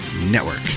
Network